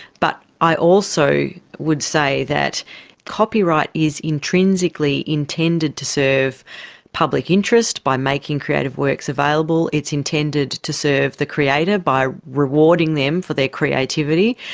but i also would say that copyright is intrinsically intended to serve public interest by making creative works available. it's intended to serve the creator by rewarding them for their creativity.